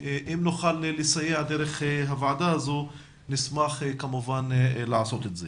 אם נוכל לסייע דרך הוועדה הזו, נשמח לעשות זאת.